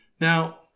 Now